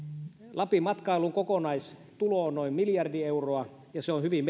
lapin matkailun kokonaistulo on noin miljardi euroa se on hyvin